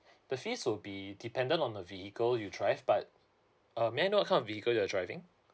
the fees will be dependent on the vehicle you drive but uh may I know what kind of vehicle you are driving